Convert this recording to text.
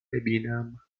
ببینم